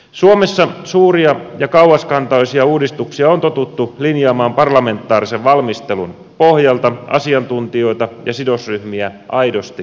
suomessa suuria ja kauaskantoisia uudistuksia on totuttu linjaamaan parlamentaarisen valmistelun pohjalta asiantuntijoita ja sidosryhmiä aidosti kuullen